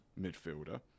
midfielder